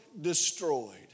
destroyed